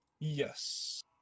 Yes